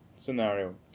Scenario